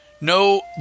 No